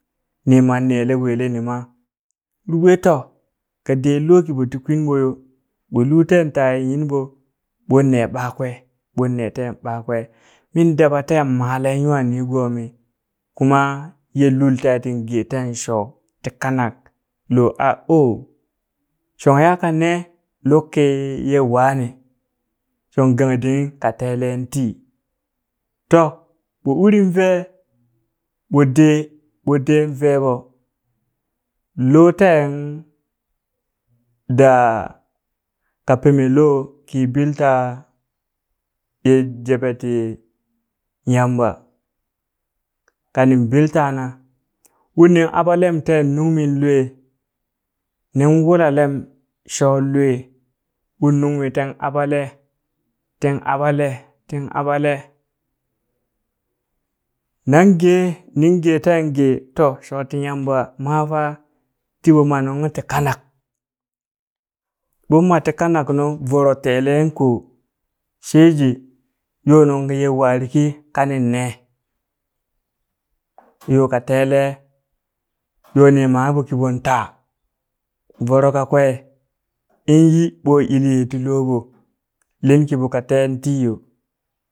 Nii mare neele weele nima uri ɓwee to, kadeen loo kiɓo ti kwin ɓo yo ɓo luu teen ta ye nyinɓo ɓon nee ɓakwee bon nee te ɓakwe min daba teen maalen nywaa niigoomi kuma ye lul tee tin geeteen shoo ti kanak lo aa oo, shong yaa kanee luk ki ye wane, shong gangdi iŋ ka telen tii to, ɓo urin vee ɓo dee ɓo deen vee ɓo loo teen daa ka peme loo ki pil taa ye jeɓe ti Yamba kanin pil taana uri ni aɓalem teen nungmin lwee nin wulalem shoon lwee ur nungmi tin aɓalee, tin aɓalee, tin aɓalee nangee ninge teen gee to shooti Yamba maafa tiɓo ma nung ung ti kanak mon ma ti kanaknu voro teele koo sheje yoo nung ye waarikii kanin nee yoo ka teele, yoo ni maanghe ɓo kiɓon taa voro kakwee in yi ɓoo iliyee ti looɓo lin kiɓo ka teen tii yo,